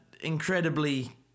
incredibly